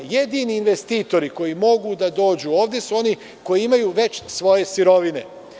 Jedini investitori koji mogu da dođu ovde su oni koji imaju svoje sirovine.